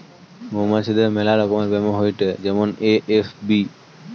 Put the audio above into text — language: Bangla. মৌমাছিদের মেলা রকমের ব্যামো হয়েটে যেমন এ.এফ.বি